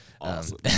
awesome